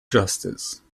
justice